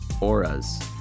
auras